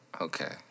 Okay